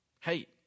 Hey